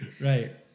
Right